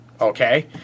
Okay